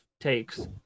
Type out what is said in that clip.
takes